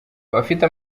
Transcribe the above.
abafite